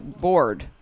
board